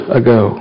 ago